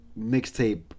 mixtape